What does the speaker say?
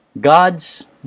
God's